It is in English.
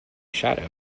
shadow